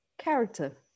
character